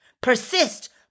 persist